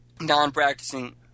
non-practicing